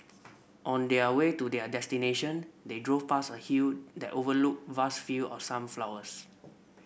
on their way to their destination they drove past a hill that overlooked vast field of sunflowers